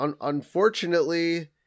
unfortunately